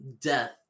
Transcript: death